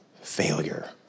failure